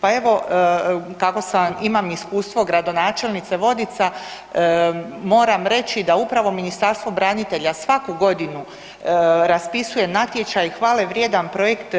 Pa evo kako imam iskustvo gradonačelnice Vodica moram reći da upravo Ministarstvo branitelja svaku godinu raspisuje natječaj hvale vrijedan projekt